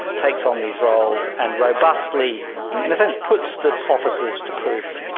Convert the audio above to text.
takes on these roles and robustly in a sense puts the officers to proof.